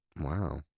Wow